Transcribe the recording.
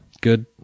good